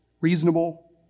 reasonable